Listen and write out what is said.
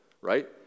right